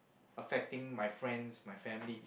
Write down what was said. affecting my friends my family